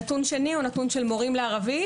נתון שני הוא נתון של מורים לערבית,